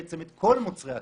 בעצם את כל מוצרי הטבק,